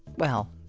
well,